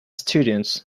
students